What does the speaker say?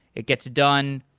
it gets done.